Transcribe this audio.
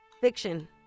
Fiction